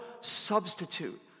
substitute